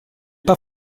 pas